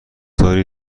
داری